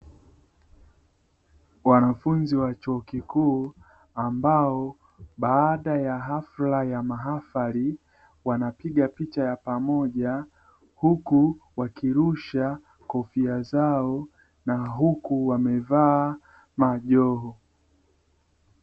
Wanafunzi wa chuo kikuu ambao baada ya hafla ya mahafali, wana piga picha ya pamoja; huku wakirusha kofia zao na huku wamevaa majoho.